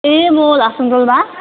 ए म लासाङ डोल्मा